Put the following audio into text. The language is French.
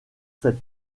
cet